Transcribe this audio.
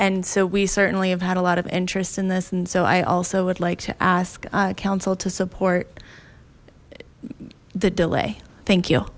and so we certainly have had a lot of interest in this and so i also would like to ask counsel to support the delay thank you